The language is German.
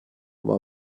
war